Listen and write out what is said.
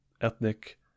ethnic